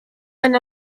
and